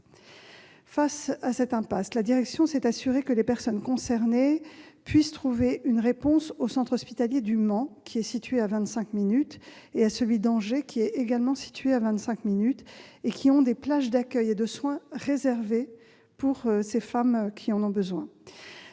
Face à cette impasse, la direction s'est assurée que les personnes concernées puissent trouver une réponse au centre hospitalier du Mans, situé à vingt-cinq minutes, et à celui d'Angers, également situé à vingt-cinq minutes, ces centres ayant des plages d'accueil et de soins réservées aux femmes qui en ont besoin.